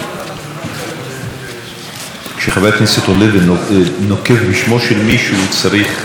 כשחבר כנסת עולה ונוקב בשמו של מישהו והם לא נמצאים כאן להגיב,